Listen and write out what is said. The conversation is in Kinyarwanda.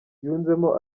yunzemo